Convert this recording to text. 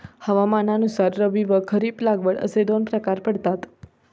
हवामानानुसार रब्बी व खरीप लागवड असे दोन प्रकार पडतात